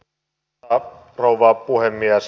arvoisa rouva puhemies